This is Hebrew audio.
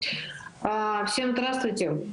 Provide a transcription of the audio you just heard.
(מתרגמת מהשפה הרוסית):